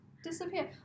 disappear